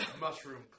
Mushroom